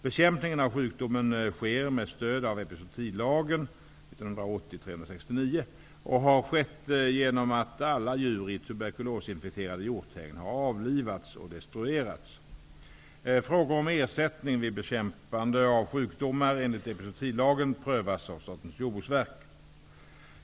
Bekämpningen av sjukdomen sker med stöd av epizootilagen och har skett genom att alla djur i tuberkulosinfekterade hjorthägn har avlivats och destruerats. Frågor om ersättning vid bekämpande av sjukdomar enligt epizootilagen prövas av Statens jordbruksverk.